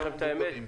גם למבוגרים.